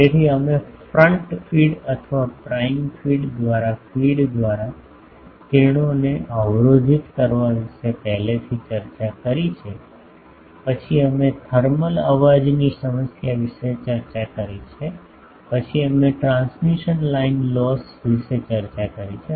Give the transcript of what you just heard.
તેથી અમે front feed અથવા પ્રાઇમ ફીડ દ્વારા ફીડ દ્વારા કિરણોને અવરોધિત કરવા વિશે પહેલાથી ચર્ચા કરી છે પછી અમે થર્મલ અવાજની સમસ્યા વિશે ચર્ચા કરી છે પછી અમે ટ્રાન્સમિશન લાઇન લોસ વિશે ચર્ચા કરી છે